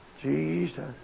Jesus